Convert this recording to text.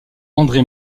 andré